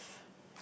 the eart